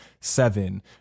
seven